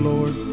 Lord